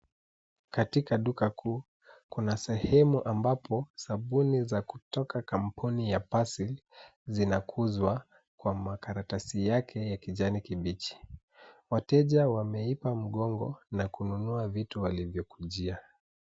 Katika duka kuu kuna sehemu ambapo sabuni za kutoka kampuni ya pasil zinakuzwa kwa makaratasi yake ya kijani kibichi. Wateja wameiba mgongo na kununua vitu walivyokujia.